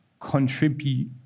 contribute